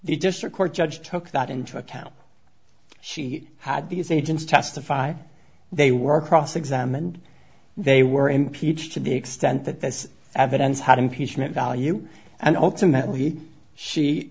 district court judge took that into account she had these agents testify they were cross examined they were impeached to the extent that this evidence had impeachment value and ultimately she